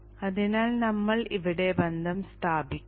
അതിനാൽ നമ്മൾ ഇവിടെ ബന്ധം സ്ഥാപിക്കില്ല